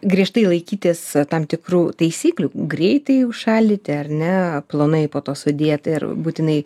griežtai laikytis tam tikrų taisyklių greitai užšaldyti ar ne plonai po to sudėt ir būtinai